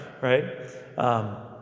right